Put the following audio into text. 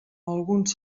alguns